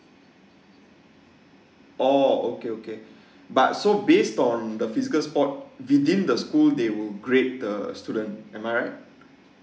oh okay okay but so based on the physical sport within the school they will grade the student am I right